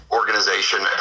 organization